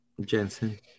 Jensen